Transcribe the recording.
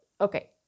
okay